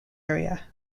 area